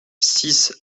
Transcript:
six